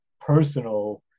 personal